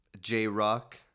J-Rock